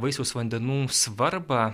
vaisiaus vandenų svarbą